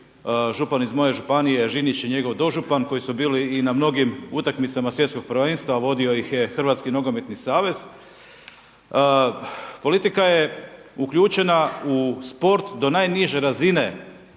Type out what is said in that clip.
župan iz moje županije Žinić i njegov dožupan koji su bili i na mnogim utakmicama Svjetskog prvenstva, vodio ih je Hrvatski nogometni savez. Politika je uključena u sport do najniže razine,